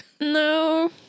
No